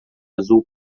azul